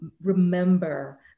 remember